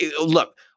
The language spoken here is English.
look